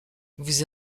vous